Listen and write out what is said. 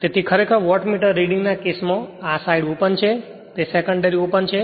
તેથી ખરેખર wattmeter reading ના કેસ માં આ સાઇડ ઓપન છે તે સેકન્ડરી ઓપન છે